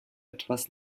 etwas